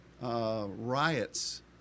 Riots